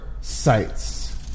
sites